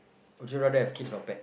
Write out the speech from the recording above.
would you rather have kids or pet